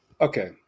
Okay